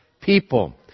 people